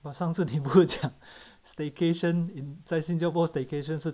好像是听不讲 staycation in 在新加坡 staycation 是